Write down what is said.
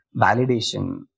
validation